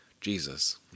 Jesus